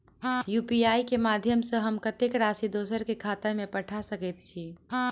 UPI केँ माध्यम सँ हम कत्तेक राशि दोसर केँ खाता मे पठा सकैत छी?